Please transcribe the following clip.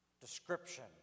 description